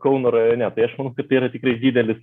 kauno rajone tai aš manau kad tai yra tikrai didelis